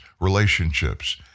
relationships